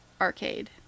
arcade